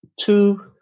two